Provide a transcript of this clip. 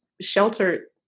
shelter